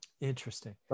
Interesting